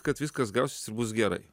kad viskas gausis bus gerai